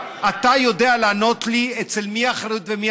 אתה יודע לענות לי אצל מי האחריות ואצל מי